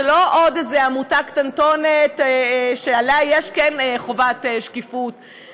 זה לא עוד איזו עמותה קטנטונת שעליה יש חובת שקיפות,